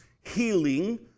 healing